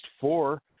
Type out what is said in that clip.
four